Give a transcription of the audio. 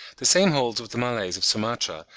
the same holds with the malays of sumatra,